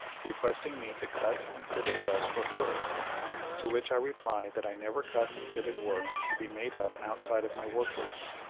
requesting me to cut and fit a dress for her to which i replied that i never cut and fitted work to be made up outside of my work-room.